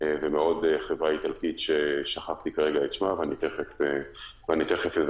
ומעוד חברה איטלקית ששכחתי כרגע את שמה ותיכף אזכר.